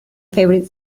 favorite